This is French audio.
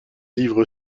livre